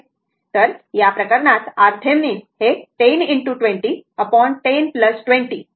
तर या प्रकरणात RThevenin हे 10 2010 20 असेल